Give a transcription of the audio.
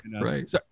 right